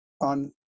on